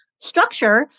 structure